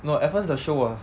no at first the show was